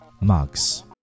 Mugs